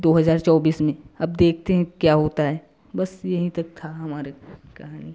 दो हज़ार चौबीस में अब देखते हैं क्या होता है बस यहीं तक था हमारे कहानी